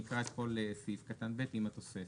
אני אקרא את כל סעיף קטן (ב) עם התוספת.